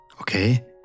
okay